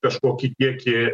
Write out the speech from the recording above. kažkokį kiekį